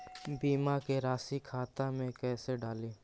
बीमा के रासी खाता में कैसे डाली?